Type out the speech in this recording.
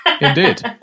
Indeed